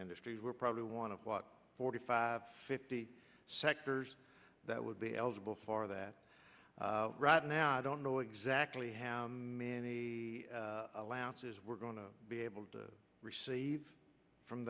industries we're probably want to what forty five fifty sectors that would be eligible for that right now i don't know exactly how many lapses we're going to be able to receive from